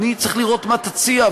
אני צריך לראות מה תציע,